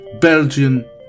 Belgian